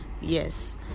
Yes